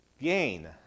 gain